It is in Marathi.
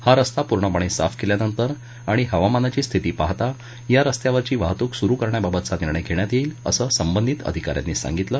हा रस्ता पूर्णपणे साफ केल्यानंतर आणि हवामानाची स्थिती पाहता या रस्त्यावरची वाहतूक सुरु करण्याबाबतचा निर्णय घेण्यात येईल असं संबंधित अधिकाऱ्यांनी सांगितलं